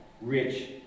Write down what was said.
rich